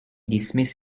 dismiss